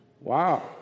Wow